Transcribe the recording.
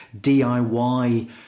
DIY